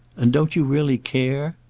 and don't you really care?